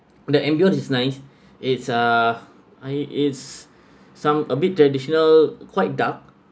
the ambiance is nice it's uh I it's some a bit traditional quite dark